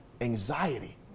anxiety